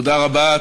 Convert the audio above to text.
תודה רבה.